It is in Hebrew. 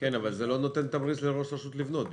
--- אבל זה לא נותן תמריץ לראש רשות לבנות.